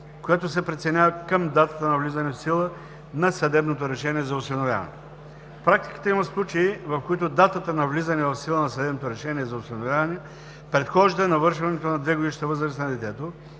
която се преценява към датата на влизане в сила на съдебното решение за осиновяване. В практиката има случаи, в които датата на влизане в сила на съдебното решение за осиновяване предхожда навършването на 2-годишната възраст на детето.